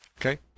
Okay